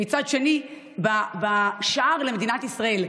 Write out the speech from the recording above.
ומצד שני בשער למדינת ישראל,